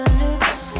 lips